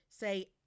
say